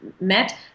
met